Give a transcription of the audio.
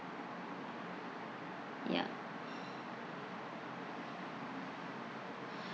ya